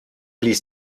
blies